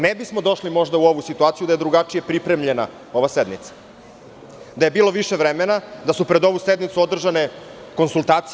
Ne bismo možda došli u ovu situaciju da je drugačije pripremljena ova sednica, da je bilo više vremena, da su pred ovu sednicu održane konsultacije.